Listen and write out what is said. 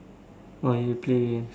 !wah! you play games